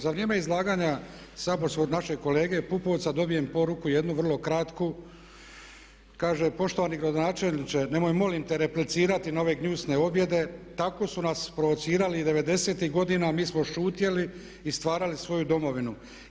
Za vrijeme izlaganja saborskog od našeg kolege Pupovca dobijem poruku jednu vrlo kratku, kaže, poštovani gradonačelniče, nemoj molim te replicirati na ove gnjusne objede, tako su nas provocirali i '90.-tih godina a mi smo šutjeli i stvarali svoju domovinu.